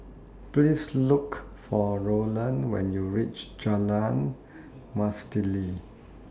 Please Look For Roland when YOU REACH Jalan Mastuli